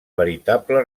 veritable